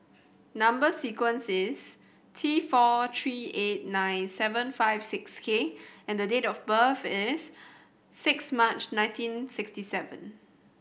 number sequence is T four three eight nine seven five six K and date of birth is six March nineteen sixty seven